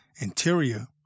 interior